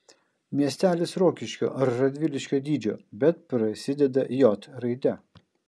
miestelis rokiškio ar radviliškio dydžio bet prasideda j raide